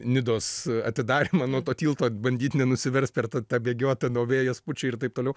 nidos atidarymą nuo to tylto bandyt nenusiverst per tą ta bėgiota nuo vėjas pučia ir taip toliau